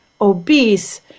obese